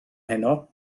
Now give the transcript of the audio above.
heno